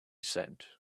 said